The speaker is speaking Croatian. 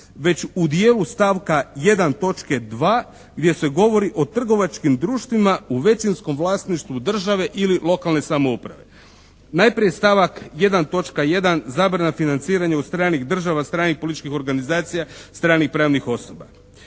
već u dijelu stavka 1. točke 2. gdje se govori o trgovačkim društvima u većinskom vlasništvu države ili lokalne samouprave. Najprije stavak 1. točka 1. zabrana financiranja od stranih država, stranih političkih organizacija, stranih pravnih osoba.